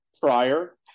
prior